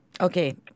Okay